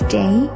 day